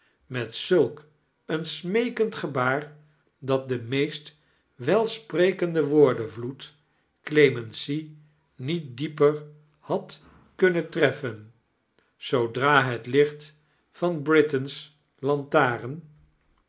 met zulk een smeekend gebaar dat de meest welsprekende woordenvloed clemency niet dieper had kunnen treffen zoodra het licht van britain's lantaarn